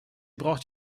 braucht